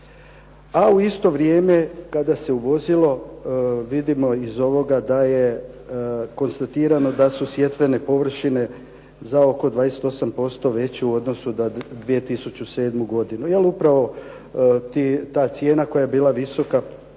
a u isto vrijeme kada se uvozilo, vidimo iz ovoga da je konstatirano da su sjetvene površine za oko 28% veće u odnosu na 2007. godinu jer upravo ta cijena koja je bila visoka